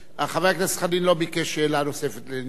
חבר הכנסת חנין לא ביקש שאלה נוספת לעניין זה.